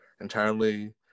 entirely